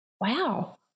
Wow